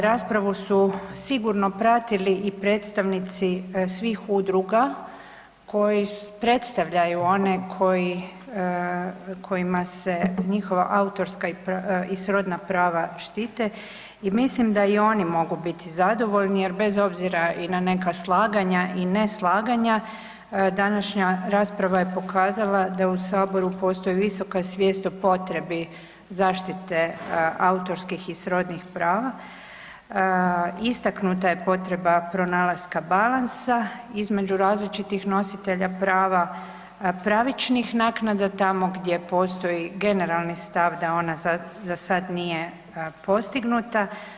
Raspravu su sigurno pratili i predstavnici svih udruga koji predstavljaju one kojima se njihova autorska i srodna prava štite i mislim da i oni mogu biti zadovoljni jer bez obzira i na neka slaganja i ne slaganja, današnja rasprava je pokazala da u Saboru postoji visoka svijest o potrebi zaštite autorskih i srodnih prava, istaknuta je potreba pronalaska balansa između različitih nositelja prava pravičnih naknada tamo gdje postoji generalni stav da ona za sad nije postignuta.